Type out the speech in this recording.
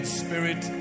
spirit